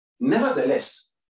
Nevertheless